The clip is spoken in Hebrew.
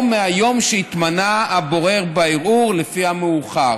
או מהיום שהתמנה הבורר בערעור, לפי המאוחר.